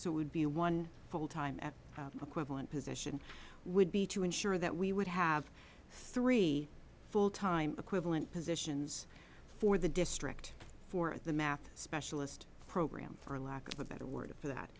would be a one full time at equivalent position would be to ensure that we would have three full time equivalent positions for the district for the math specialist program for lack of a better word for that